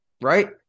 right